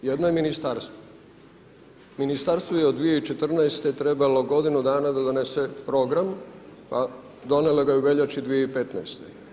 Jedno je Ministarstvo, Ministarstvu je od 2014. trebalo godinu dana da donese program, pa donijela ga je u veljači 2015.